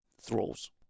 thralls